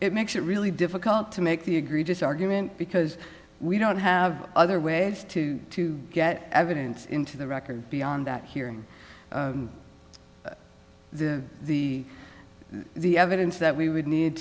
it makes it really difficult to make the egregious argument because we don't have other ways to get evidence into the record beyond that hearing the the the evidence that we would need